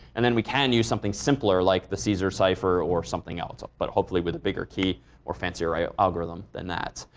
and then we can use something simpler like the caesar cipher or something else ah but hopefully with a bigger key or fancier algorithm than that.